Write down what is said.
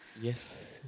Yes